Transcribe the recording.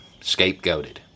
Scapegoated